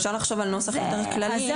אפשר לחשוב על נוסח יותר כללי.